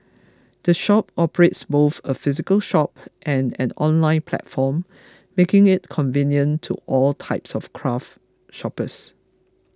the shop operates both a physical shop and an online platform making it convenient to all types of craft shoppers